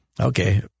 okay